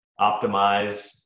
optimize